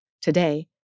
Today